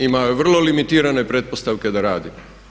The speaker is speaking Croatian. Ima vrlo limitirane pretpostavke da radi.